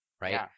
Right